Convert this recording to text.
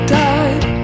died